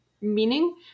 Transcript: meaning